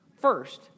First